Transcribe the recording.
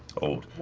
old.